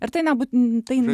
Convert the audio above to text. ir tai ne būten tai